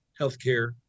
healthcare